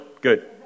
Good